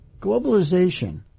Globalization